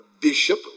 Bishop